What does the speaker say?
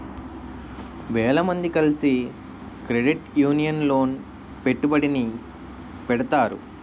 వేల మంది కలిసి క్రెడిట్ యూనియన్ లోన పెట్టుబడిని పెడతారు